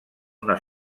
una